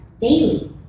daily